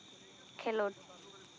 ᱠᱷᱮᱞᱳᱰ